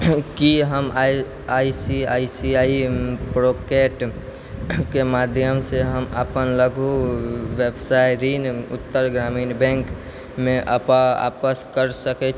की हम I C I C I प्रोकेटके माध्यमसँ हम अपन लघु व्यवसाय ऋण उत्तर ग्रामीण बैंकमे आपस कर सकैत